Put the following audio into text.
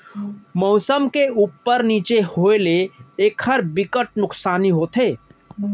मउसम के उप्पर नीचे होए ले एखर बिकट नुकसानी होथे